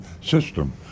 system